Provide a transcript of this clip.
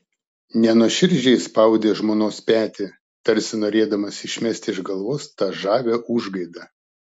nenuoširdžiai spaudė žmonos petį tarsi norėdamas išmesti iš galvos tą žavią užgaidą